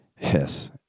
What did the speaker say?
Yes